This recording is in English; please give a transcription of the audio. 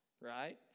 Right